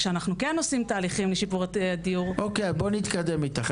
כשאנחנו כן עושים תהליכים לשיפור הדיור --- אוקיי בואי נתקדם איתך,